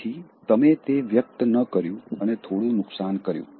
જેથી તમે તે વ્યક્ત ન કર્યું અને થોડું નુકસાન કર્યું